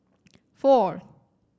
four